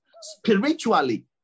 spiritually